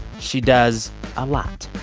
she does a lot.